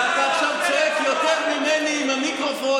ואתה עכשיו צועק יותר ממני עם המיקרופון,